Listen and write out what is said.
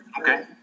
Okay